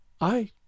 I